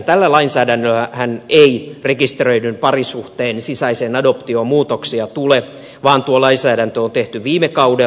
tällä lainsäädännöllähän ei rekisteröidyn parisuhteen sisäiseen adoptioon muutoksia tule vaan tuo lainsäädäntö on tehty viime kaudella